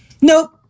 Nope